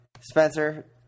Spencer